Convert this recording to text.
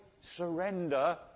surrender